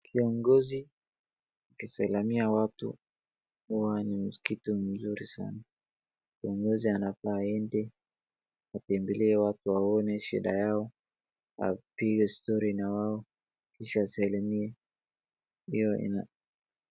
Kiongozi kusalima watu Huwa ni kitu nzuri sana. Kiongozi anafaa aende atembelee watu aone shida yao, apige story na wao Kisha asalimie hiyo eneo.